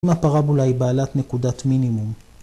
אם הפרבולה היא בעלת נקודת מינימום.